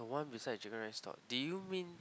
one beside the chicken rice shop did you mean